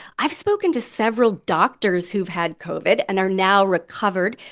i've spoken to several doctors who've had covid and are now recovered.